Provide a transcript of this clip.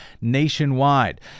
nationwide